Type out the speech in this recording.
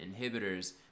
inhibitors